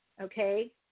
okay